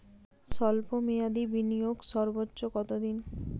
স্বল্প মেয়াদি বিনিয়োগ সর্বোচ্চ কত দিন?